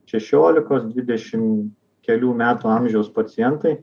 šešiolikos didešim kelių metų amžiaus pacientai